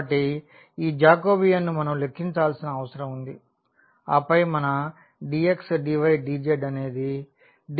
కాబట్టి ఆ జాకోబియన్ ను మనం లెక్కించాల్సిన అవసరం ఉంది ఆపై మన dx dy dz అనేది dr dθ dϕ అవుతుంది